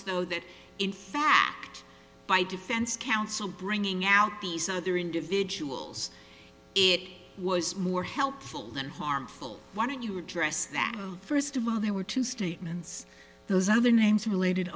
though that in fact by defense counsel bringing out these other individuals it was more helpful than harmful why don't you address that first of all there were two statements those other names related